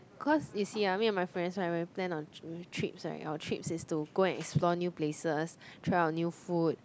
cause you see ah me and my friends right when we plan on trips right our trips is to go and explore new places try out new food